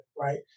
right